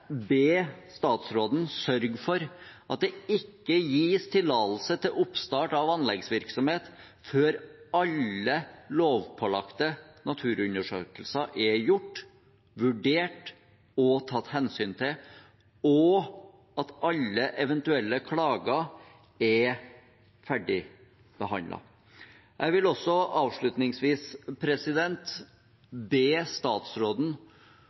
be statsråden sørge for at det ikke gis tillatelse til oppstart av anleggsvirksomhet før alle lovpålagte naturundersøkelser er gjort, vurdert og tatt hensyn til, og at alle eventuelle klager er ferdigbehandlet. Jeg vil også avslutningsvis be statsråden